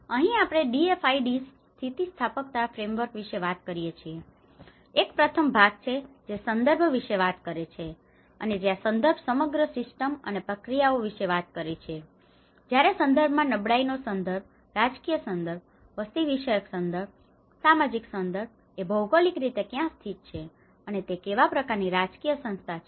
અહીં આપણે DFIDs સ્થિતિસ્થાપકતાના ફ્રેમવર્ક વિશે વાત કરીએ છીએ તેથી એક પ્રથમ ભાગ છે જે સંદર્ભ વિશે વાત કરે છે અને જ્યાં સંદર્ભ સમગ્ર સિસ્ટમ અને પ્રક્રિયાઓ વિશે વાત કરે છે અને જ્યારે સંદર્ભમાં નબળાઈનો સંદર્ભ રાજકીય સંદર્ભ વસ્તી વિષયક સંદર્ભ સામાજિક સંદર્ભ એ ભૌગોલિક રીતે ક્યાં સ્થિત છે અને તે કેવા પ્રકારની રાજકીય સંસ્થા છે